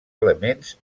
elements